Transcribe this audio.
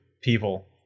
people